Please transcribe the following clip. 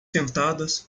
sentadas